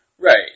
Right